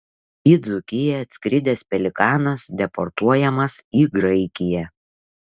į dzūkiją atskridęs pelikanas deportuojamas į graikiją